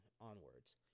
onwards